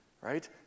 right